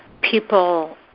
people